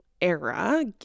era